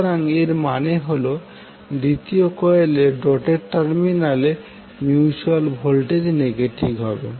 সুতরাং এর মানে হল দ্বিতীয় কয়েল ের ডটেড টার্মিনালে মিউচুয়াল ভোল্টেজ নেগেটিভ হবে